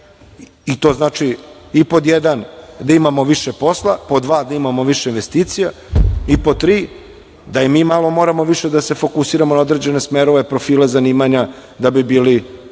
To znači, pod jedan, da imamo više posla, pod dva, da imamo više investicija i, pod tri, da i mi moramo malo više da se fokusiramo na određene smerove, profile zanimanja da bi bili